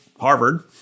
harvard